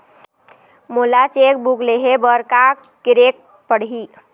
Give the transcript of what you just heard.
मोला cheque book लेहे बर का केरेक पढ़ही?